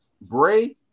Bray